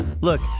look